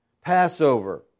Passover